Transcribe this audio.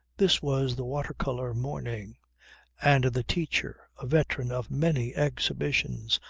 this was the water-colour morning and the teacher, a veteran of many exhibitions,